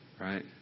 Right